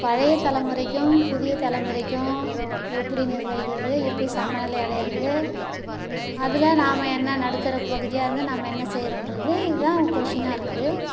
பழைய தலைமுறைக்கும் புதிய தலைமுறைக்கும் எப்படி நிர்வகிக்கிறது எப்படி சமநிலை அடையுறது அதில் நாம் என்ன நடுத்தர பகுதியாயிருந்து நாம் என்ன செய்யுறோன்றது இதுதான் கொஷ்ஷினாக இருக்குது